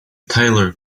tyler